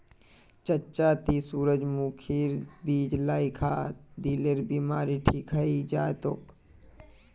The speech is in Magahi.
चच्चा ती सूरजमुखीर बीज ला खा, दिलेर बीमारी ठीक हइ जै तोक